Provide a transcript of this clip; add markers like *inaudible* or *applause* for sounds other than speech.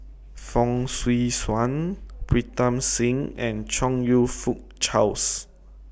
Fong Swee Suan Pritam Singh and Chong YOU Fook Charles *noise*